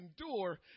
endure